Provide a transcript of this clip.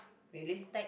really